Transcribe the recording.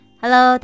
Hello